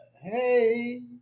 Hey